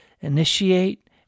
initiate